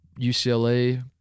UCLA